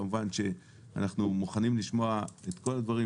כמובן שאנחנו מוכנים לשמוע את כל הדברים